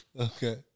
Okay